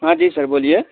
हाँ जी सर बोलिए